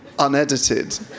unedited